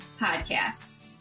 podcast